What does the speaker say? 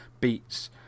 beats